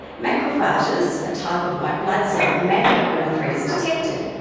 macrophages, a type of white blood cell, make it when a threat is detected.